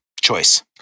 choice